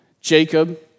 Jacob